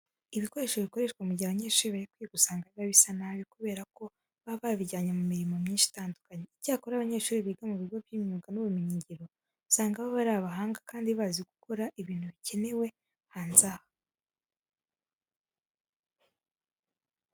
Ibikoresho bikoreshwa mu gihe abanyeshuri bari kwiga usanga biba bisa nabi kubera ko baba babijyanye mu mirimo myinshi itandukanye. Icyakora abanyeshuri biga mu bigo by'imyuga n'ubumenyingiro usanga baba ari abahanga kandi bazi gukora ibintu bikenewe hanze aha.